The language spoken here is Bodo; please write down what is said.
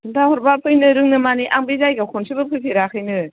खोन्था हरबा फैनो रोंनो मानि आं बे जायगायाव खनसेबो फैफेराखैनो